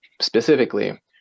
specifically